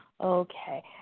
Okay